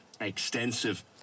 extensive